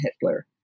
Hitler